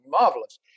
marvelous